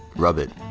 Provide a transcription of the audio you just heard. rub it,